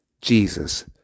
Jesus